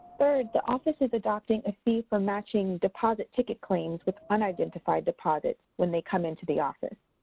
third, the office is adopting a fee for matching deposit ticket claims with unidentified deposits when the come in to the office.